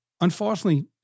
unfortunately